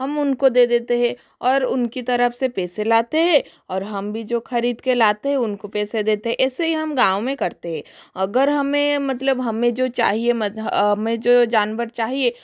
हम उनको दे देते है और उनकी तरफ से पैसे लाते है और हम भी जो खरीद के लाते है उनको पेसे देते है ऐसे ही हम गाँव में करते है अगर हमें मतलब हमें जो चाहिए हमें जो जानवर चाहिए